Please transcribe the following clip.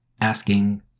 asking